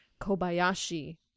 Kobayashi